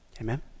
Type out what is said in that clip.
Amen